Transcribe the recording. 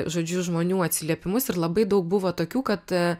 žodžiu žmonių atsiliepimus ir labai daug buvo tokių kad